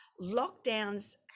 Lockdowns